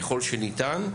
ככל שניתן,